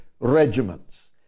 regiments